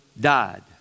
died